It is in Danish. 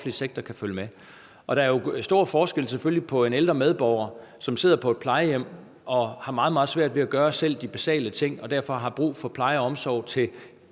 Der er jo selvfølgelig stor forskel på en ældre medborger, som sidder på et plejehjem og har meget, meget svært ved selv at gøre de basale ting og derfor har brug for pleje og omsorg til